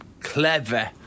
clever